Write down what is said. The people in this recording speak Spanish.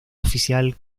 oficial